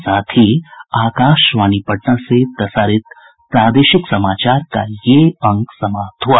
इसके साथ ही आकाशवाणी पटना से प्रसारित प्रादेशिक समाचार का ये अंक समाप्त हुआ